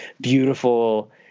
beautiful